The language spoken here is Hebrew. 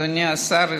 אדוני השר,